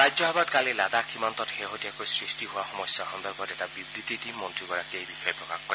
ৰাজ্যসভাত কালি লাডাখ সীমান্তত শেহতীয়াকৈ সৃষ্টি হোৱা সমস্যা সন্দৰ্ভত এটা বিবৃতি দি মন্ত্ৰীগৰাকীয়ে এই বিষয়ে প্ৰকাশ কৰে